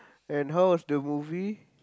and how was the movie